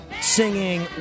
singing